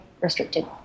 restricted